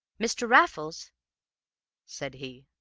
mr. raffles said he.